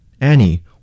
Annie